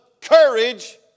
courage